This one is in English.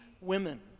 women